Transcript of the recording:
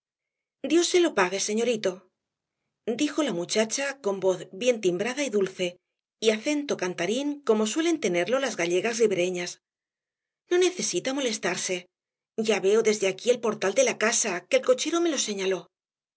dios se lo pague señorito dijo la muchacha con voz bien timbrada y dulce y acento cantarín como suelen tenerlo las gallegas ribereñas no necesita molestarse ya veo desde aquí el portal de la casa que el cochero me lo señaló